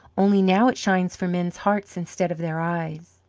only now it shines for men's hearts instead of their eyes.